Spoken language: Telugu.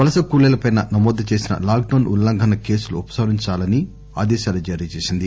వలస కూలీలపై నమోదు చేసిన లాక్డొన్ ఉల్లంఘన కేసులు ఉపసంహరించుకోవాలని ఆదేశాలు జారీ చేసింది